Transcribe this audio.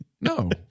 No